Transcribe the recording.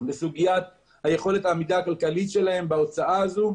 בסוגית יכולת העמידה הכלכלית שלהם בהוצאה הזו,